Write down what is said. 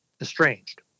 Estranged